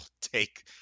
take